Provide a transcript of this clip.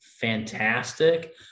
fantastic